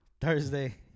Thursday